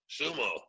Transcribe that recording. sumo